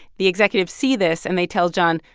the executives see this, and they tell john,